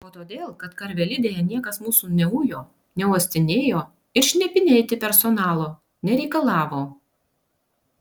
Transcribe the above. o todėl kad karvelidėje niekas mūsų neujo neuostinėjo ir šnipinėti personalo nereikalavo